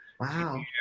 Wow